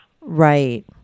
Right